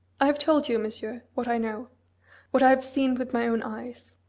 i have told you, monsieur, what i know what i have seen with my own eyes.